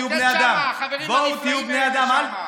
תהיו בני אדם.